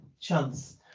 chance